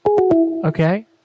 Okay